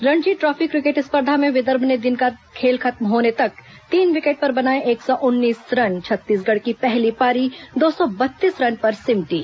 Ranji trophy cricket स्पर्धा में विदर्भ ने दिन का खेल खत्म होने तक तीन विकेट पर बनाए एक सौ उन्नीस रन छत्तीसगढ़ की पहली पारी दो सौ बत्तीस रन पर सिमटी